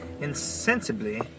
insensibly